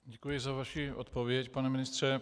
Děkuji za vaši odpověď, pane ministře.